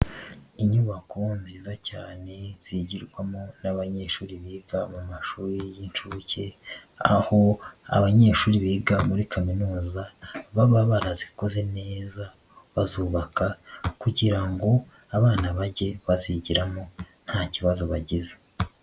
Inyubako nziza cyane zigirwamo n'abanyeshuri biga mu mashuri y'inshuke, aho abanyeshuri biga muri Kaminuza, baba barazikoze neza bazubaka kugira ngo abana bajye bazigiramo nta kibazo bagize.